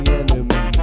enemy